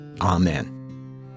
Amen